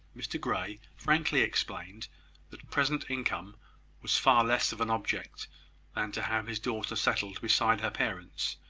mr grey frankly explained that present income was far less of an object than to have his daughter settled beside her parents,